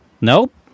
Nope